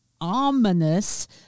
ominous